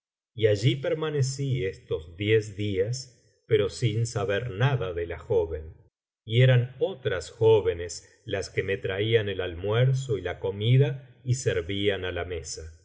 y allí permanecí estos diez días pero sin saber nada de la joven y eran otras jóvenes las que me traían el almuerzo y la comida y servían á la mesa